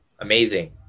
amazing